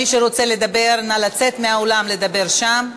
מי שרוצה לדבר, נא לצאת מהאולם, לדבר שם.